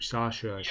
Sasha